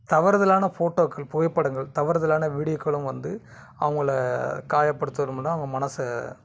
தவறுதலான ஃபோட்டோக்கள் புகைப்படங்கள் தவறுதலான வீடியோக்களும் வந்து அவங்கள காயபடுத்தணும்னால் அவங்க மனசை